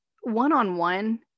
one-on-one